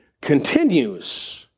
continues